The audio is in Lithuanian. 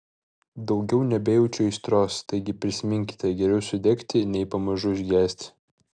daugiau nebejaučiu aistros taigi prisiminkite geriau sudegti nei pamažu užgesti